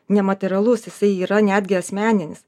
nematerialusis jisai yra netgi asmeninis